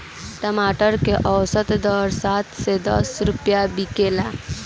टमाटर के औसत दर सात से दस रुपया किलोग्राम बिकला?